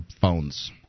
phones